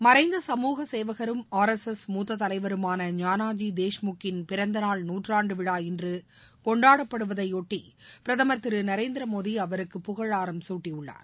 மறைந்த சமூக சேவகரும் ஆர்எஸ்எஸ் மூத்த தலைவருமான ஞானஜி தேஷ்மூக்கின் பிறந்த நாள் நூற்றாண்டு விழா இன்று கொண்டாடப்படுவதை ஒட்டி பிரதம் திரு நரேந்திர மோடி அவருக்கு புகழாரம் சூட்டியுள்ளார்